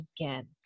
again